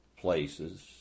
places